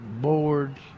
boards